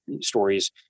stories